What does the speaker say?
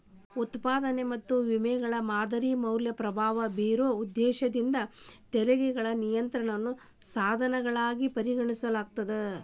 ಉತ್ಪಾದನೆ ಮತ್ತ ವಿತರಣೆಯ ಮಾದರಿಯ ಮ್ಯಾಲೆ ಪ್ರಭಾವ ಬೇರೊ ಉದ್ದೇಶದಿಂದ ತೆರಿಗೆಗಳನ್ನ ನಿಯಂತ್ರಣದ ಸಾಧನಗಳಾಗಿ ಪರಿಗಣಿಸಲಾಗ್ತದ